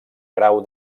grau